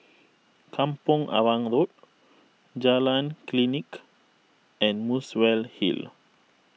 Kampong Arang Road Jalan Klinik and Muswell Hill